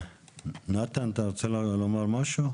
נתן, אתה רוצה לומר משהו?